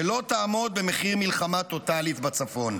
שלא תעמוד במחיר מלחמה טוטלית בצפון.